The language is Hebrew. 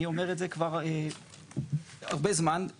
אני אומר את זה כבר הרבה זמן,